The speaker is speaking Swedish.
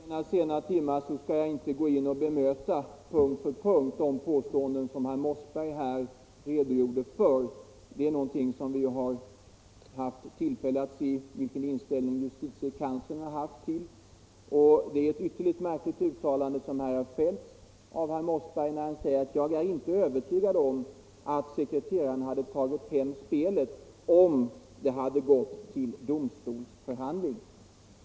Herr talman! Vid denna sena timme skall jag inte gå in och punkt för punkt bemöta de påståenden som herr Mossberg här redogjorde för. Vi har ju haft tillfälle att se vilken inställning justitiekanslern har haft i denna fråga. Det är ett ytterligt märkligt uttalande av herr Mossberg när han säger att han inte är övertygad om att sekreteraren hade tagit hem spelet om frågan hade gått till domstol.